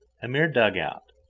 a mere dugout,